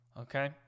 okay